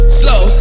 slow